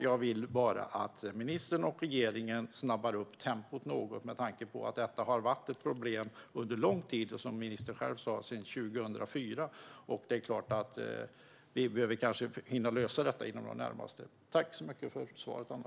Jag vill bara att ministern och regeringen snabbar på tempot något med tanke på att det har varit ett problem under lång tid, som ministern själv sa sedan 2004. Vi behöver kanske hinna lösa det inom den närmaste tiden.